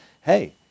hey